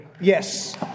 Yes